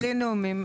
בלי נאומים.